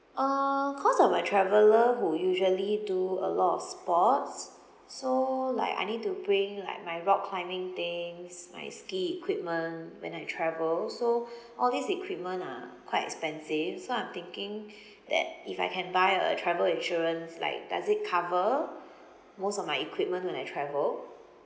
uh cause I'm a traveller who usually do a lot of sports so like I need to bring like my rock climbing things my ski equipment when I travel so all these equipment are quite expensive so I'm thinking that if I can buy a travel insurance like does it cover most of my equipment when I travel